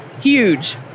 Huge